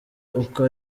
uko